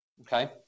Okay